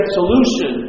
solution